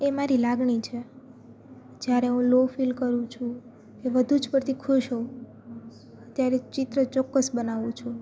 એ મારી લાગણી છે જ્યારે હું લો ફિલ કરું છું કે વધુ જ પડતી ખુશ હોઉં ત્યારે ચિત્ર ચોક્કસ બનાવું છું